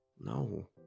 No